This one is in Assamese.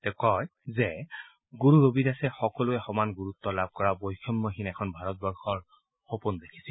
তেওঁ কয় যে গুৰু ৰবিদাসে সকলোৱে সমান গুৰুত্ব লাভ কৰা বৈষম্যবিহীন এখন ভাৰতবৰ্যৰ সপোন দেখিছিল